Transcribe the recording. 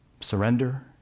Surrender